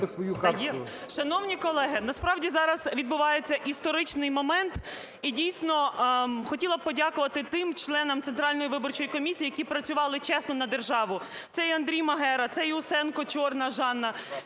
Шановні колеги, насправді зараз відбувається історичний момент. І, дійсно, хотіла б подякувати тим членам Центральної виборчої комісії, які працювали чесно на державу: це і Андрій Магера, це і Усенко-Чорна Жанна.